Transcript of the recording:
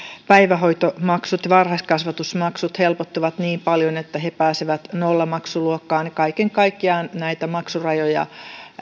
päivähoitomaksut ja varhaiskasvatusmaksut helpottuvat niin paljon että he pääsevät nollamaksuluokkaan kaiken kaikkiaan näitä maksurajoja